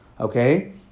okay